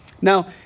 Now